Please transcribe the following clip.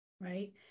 right